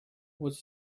was